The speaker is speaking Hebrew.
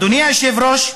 אדוני היושב-ראש,